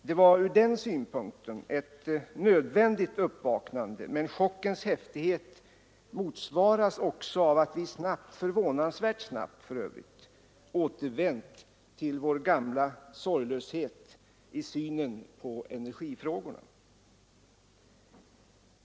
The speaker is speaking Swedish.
Det var från den synpunkten ett nödvändigt uppvaknande, men chockens häftighet motsvaras också av att vi snabbt, förvånansvärt snabbt för övrigt, återvänt till vår gamla sorglöshet i synen på energifrågorna.